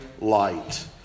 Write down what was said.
light